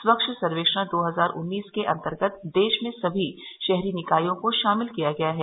स्वच्छ सर्वेक्षण दो हजार उन्नीस के अन्तर्गत देश में सभी शहरी निकायों को शामिल किया गया है